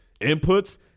inputs